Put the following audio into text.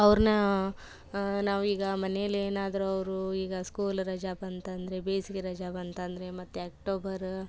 ಅವ್ರನ್ನ ನಾವು ಈಗ ಮನೇಲ್ಲಿ ಏನಾದರು ಅವರು ಈಗ ಸ್ಕೂಲ್ ರಜೆ ಬಂತು ಅಂದರೆ ಬೇಸಿಗೆ ರಜೆ ಬಂತು ಅಂದರೆ ಮತ್ತು ಅಕ್ಟೋಬರು